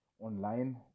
online